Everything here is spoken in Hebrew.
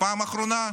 בפעם האחרונה,